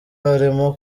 harimo